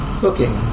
cooking